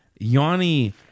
Yanni